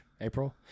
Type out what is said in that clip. April